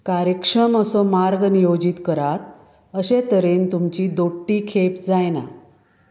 कार्यक्षम असो मार्ग नियोजीत करात अशें तरेन तुमची दोट्टी खेप जायना